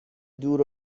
دور